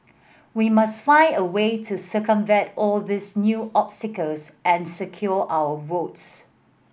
we must find a way to circumvent all these new obstacles and secure our votes